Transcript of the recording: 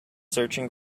searching